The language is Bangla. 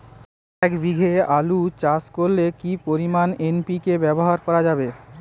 এক বিঘে আলু চাষ করলে কি পরিমাণ এন.পি.কে ব্যবহার করা যাবে?